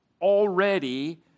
already